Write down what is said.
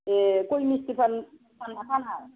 ए गय मिस्टि पान फानोना फाना